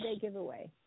giveaway